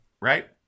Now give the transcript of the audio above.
right